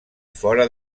fora